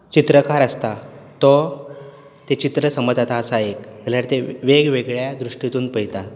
चित्रकार आसता तो तें चित्र समज आतां आसा एक जाल्यार तें वेग वेगळ्या दृश्टींतून पळयता